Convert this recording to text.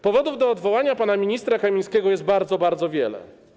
Powodów do odwołania pana ministra Kamińskiego jest bardzo, bardzo wiele.